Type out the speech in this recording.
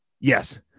Yes